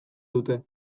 dute